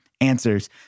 answers